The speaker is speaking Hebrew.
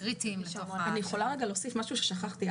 אני יכולה רגע להוסיף משהו ששכחתי,